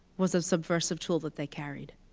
was a subversive tool that they carried.